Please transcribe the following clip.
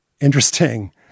interesting